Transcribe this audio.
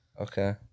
Okay